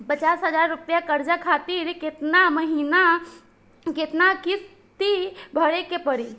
पचास हज़ार रुपया कर्जा खातिर केतना महीना केतना किश्ती भरे के पड़ी?